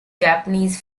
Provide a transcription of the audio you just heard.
japanese